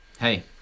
hey